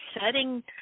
setting